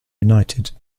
united